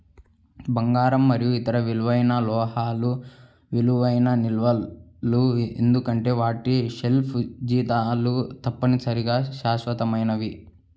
బంగారం మరియు ఇతర విలువైన లోహాలు విలువైన నిల్వలు ఎందుకంటే వాటి షెల్ఫ్ జీవితాలు తప్పనిసరిగా శాశ్వతమైనవి